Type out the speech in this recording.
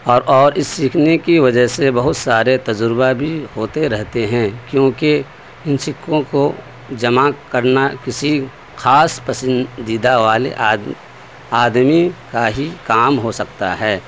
اور اور اس سیکھنے کی وجہ سے بہت سارے تجربہ بھی ہوتے رہتے ہیں کیوںکہ ان سکوں کو جمع کرنا کسی خاص پسندیدہ والے آدمی کا ہی کام ہو سکتا ہے